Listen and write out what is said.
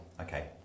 Okay